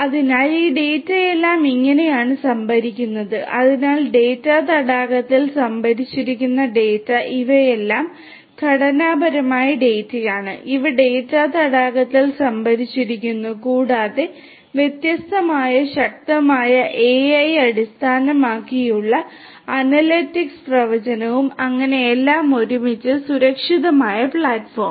അതിനാൽ ഈ ഡാറ്റയെല്ലാം ഇങ്ങനെയാണ് സംഭരിക്കുന്നത് അതിനാൽ ഡാറ്റാ തടാകത്തിൽ സംഭരിച്ചിരിക്കുന്ന ഡാറ്റ ഇവയെല്ലാം ഘടനാപരമായ ഡാറ്റയാണ് ഇവ ഡാറ്റാ തടാകത്തിൽ സംഭരിച്ചിരിക്കുന്നു കൂടാതെ വ്യത്യസ്തമായ ശക്തമായ AI അടിസ്ഥാനമാക്കിയുള്ള അനലിറ്റിക്സ് പ്രവചനവും അങ്ങനെ എല്ലാം ഒരുമിച്ച് സുരക്ഷിതമായ പ്ലാറ്റ്ഫോം